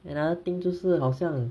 another thing 就是好像